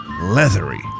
Leathery